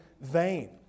vain